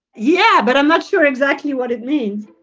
yeah. but i'm not sure exactly what it means.